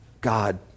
God